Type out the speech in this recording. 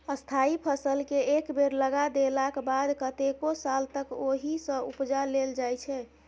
स्थायी फसलकेँ एक बेर लगा देलाक बाद कतेको साल तक ओहिसँ उपजा लेल जाइ छै